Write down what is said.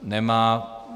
Nemá.